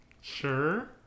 Sure